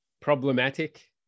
problematic